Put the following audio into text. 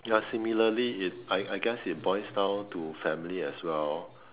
ya similarly is I I guess it boils down to family as well